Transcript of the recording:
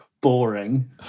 boring